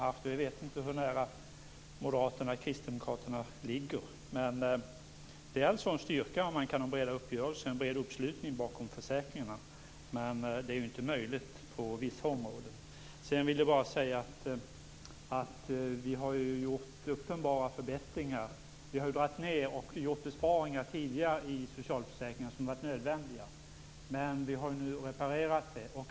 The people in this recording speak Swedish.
Jag vet inte hur nära Moderaterna och Kristdemokraterna ligger. Det är naturligtvis en styrka om man kan ha breda uppgörelser och en bred uppslutning bakom försäkringar. Det är inte möjligt på vissa områden. Vi har gjort uppenbara förbättringar. Vi har tidigare dragit ned och gjort besparingar i socialförsäkringarna som varit nödvändiga. Vi har nu reparerat det.